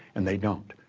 and they don't.